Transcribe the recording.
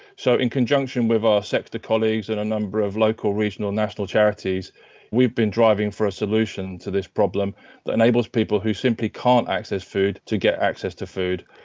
so in conjunction with our sector colleagues and a number of local regional and national charities we've been driving for a solution to this problem that enables people who simply can't access food to get access to food.